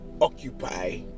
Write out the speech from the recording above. occupy